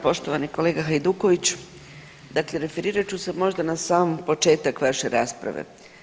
Poštovani kolega Hajduković, dakle referirat ću se možda na sam početak vaše rasprave.